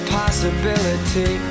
possibility